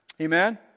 Amen